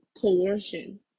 coercion